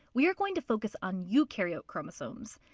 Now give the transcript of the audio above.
we are going to focus on eukaryote chromosomes.